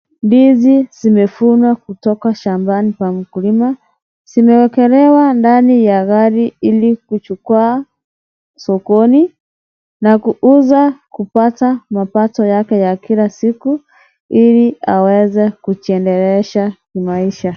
Ndizi zimevunwa kutoka shambani pa mkulima, zimeekelewa ndani ya gari ili kuchukulia sokoni na kuuza kupata mapato yake ya kila siku ili aweze kujiendelesha kimaisha.